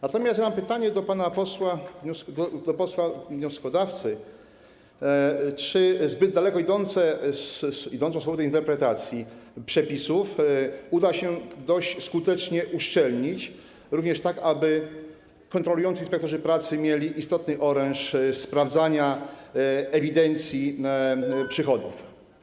Natomiast mam pytanie do pana wnioskodawcy: Czy zbyt daleko idącą swobodę interpretacji przepisów uda się dość skutecznie uszczelnić, również tak, aby kontrolujący inspektorzy pracy mieli istotny oręż sprawdzania ewidencji przychodów?